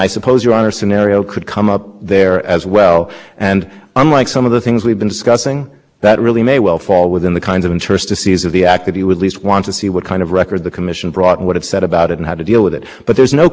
having these different requirements yes one other question which is this the way this argument comes up is that there's a prohibition against common carrier treatment if we're talking about a private mobile service